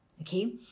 Okay